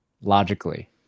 logically